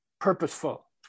purposeful